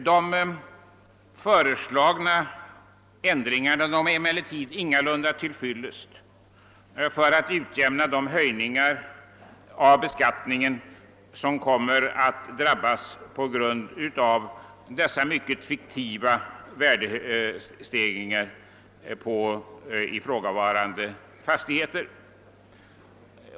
De föreslagna ändringarna är emellertid ingalunda till fyllest för att utjämna de skattehöjningar som dessa medborgare kommer att drabbas av på grund av de uteslutande fiktiva värdehöjningarna.